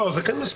זה כן מספיק.